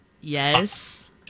Yes